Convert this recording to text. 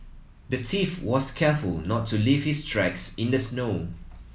the thief was careful not to leave his tracks in the snow